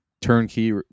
turnkey